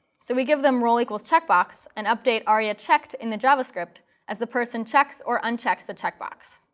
so we give them role equals checkbox and update aria checked in the javascript as the person checks or unchecks the checkbox.